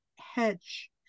Hedge